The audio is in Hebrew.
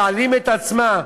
להעלים את עצמה,